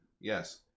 Yes